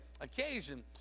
occasion